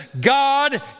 God